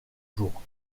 jours